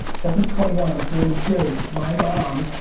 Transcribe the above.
justin's twenty one, i'm forty two. my mom.